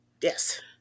Yes